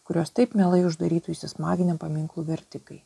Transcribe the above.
kuriuos taip mielai uždarytų įsismaginę paminklų vertikai